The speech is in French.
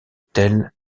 tell